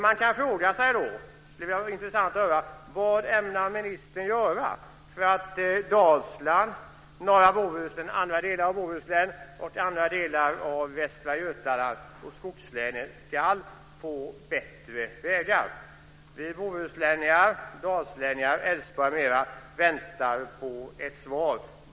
Man kan fråga sig då, det skulle vara intressant att höra: Vad ämnar ministern göra för att Dalsland, norra Bohuslän, andra delar av Bohuslän och andra delar av Västra Götaland och skogslänen ska få bättre vägar? Vi bohuslänningar, dalslänningar, älvsborgare m.fl. väntar på ett svar.